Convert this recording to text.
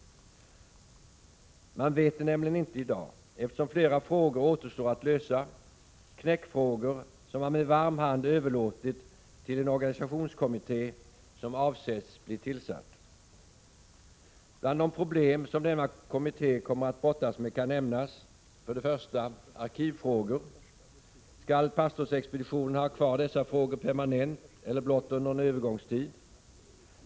Man vet det nämligen inte i dag, eftersom flera frågor återstår att lösa, knäckfrågor som man med varm hand överlåtit till en organisationskommitté som avses bli tillsatt. Bland de problem som denna kommitté kommer att brottas med kan nämnas: 1. Arkivfrågor. Skall pastorsexpeditionerna ha kvar dessa frågor permanent eller blott under en övergångstid?